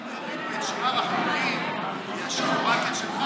אם יורידו את שאר החוקים וישאירו רק את שלך,